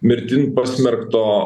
mirtin pasmerkto